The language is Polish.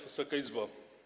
Wysoka Izbo!